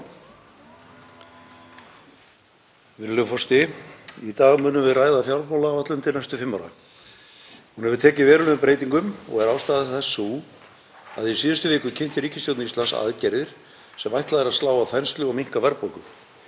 Virðulegur forseti. Í dag munum við ræða fjármálaáætlun til næstu fimm ára. Hún hefur tekið verulegum breytingum og er ástæða þess sú að í síðustu viku kynnti ríkisstjórn Íslands aðgerðir sem ætlað er að slá á þenslu og minnka verðbólgu.